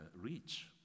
reach